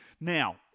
Now